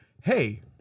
Hey